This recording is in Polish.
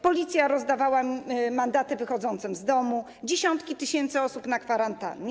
Policja rozdawała mandaty wychodzącym z domu, dziesiątki tysięcy osób na kwarantannie.